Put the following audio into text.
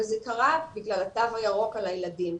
אבל זה קרה בגלל התו הירוק על הילדים.